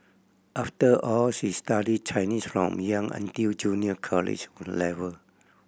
after all she studied Chinese from young until junior college level